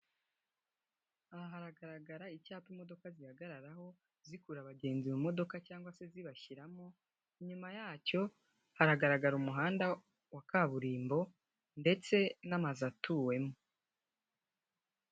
Aha haragaragara icyapa imodoka zihagararaho, zikura abagenzi mu modoka cyangwa se zibashyiramo, inyuma yacyo hagaragara umuhanda wa kaburimbo ndetse n'amazu atuwemo.